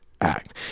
act